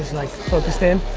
like focused in?